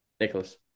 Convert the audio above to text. Nicholas